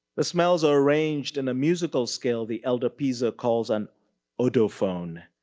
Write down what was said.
the smells are arranged in a musical scale the elder piesse ah calls an odophone.